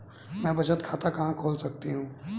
मैं बचत खाता कहां खोल सकती हूँ?